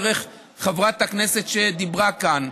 דרך חברת הכנסת שדיברה כאן,